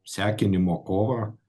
sekinimo kovą